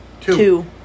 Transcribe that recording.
Two